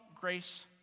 Grace